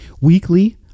Weekly